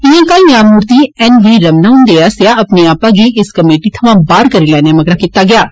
इयां कल न्यायमूर्ती एन वी रमणा हुन्दे आस्सेया अपने आपा गी इस कमेटी थमां बाहर करी लैने मगरा कीत्ता गेया ऐ